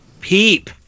Peep